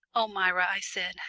oh, myra, i said,